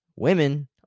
Women